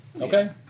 Okay